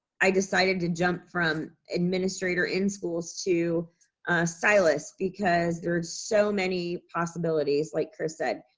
i decided to jump from administrator in schools to silas, because there's so many possibilities like chris said.